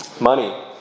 money